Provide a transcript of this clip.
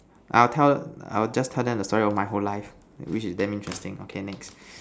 I'll tell I'll just tell them the story about my whole life which is damn interesting okay next